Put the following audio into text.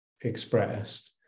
expressed